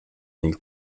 nel